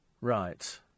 Right